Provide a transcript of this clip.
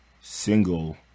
single